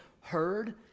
heard